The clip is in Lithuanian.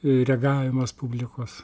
reagavimas publikos